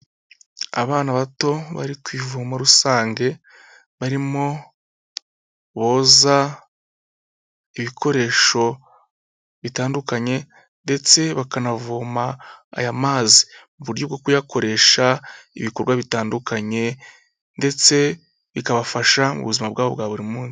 Abana bato bari ku ivumo rusange barimo boza ibikoresho bitandukanye, ndetse bakanavoma aya mazi mu buryo bwo kuyakoresha ibikorwa bitandukanye, ndetse bikabafasha mu buzima bwabo bwa buri munsi.